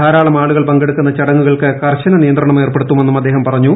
ധാരാളം ആളുകൾ പങ്കെടുക്കുന്ന ചടങ്ങുകൾക്കും കർശന നിയന്ത്രണമേർപ്പെടുത്തുമെന്നും അദ്ദേഹം പറഞ്ഞു